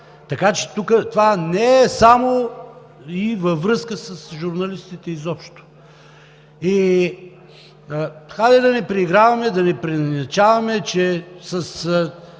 така че тук това не е само и във връзка с журналистите изобщо. Хайде да не преиграваме, да не преиначаваме, че това